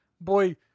Boy